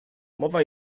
mowa